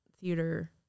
theater